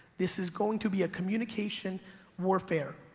this is going to be a communication warfare.